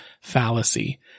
fallacy